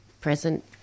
present